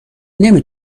نمی